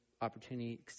opportunity